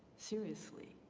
seriously,